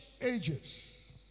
ages